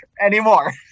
anymore